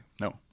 No